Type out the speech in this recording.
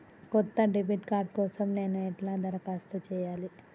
కొత్త debit card కోసం నేను ఎట్లా దరఖాస్తు చేయాలి?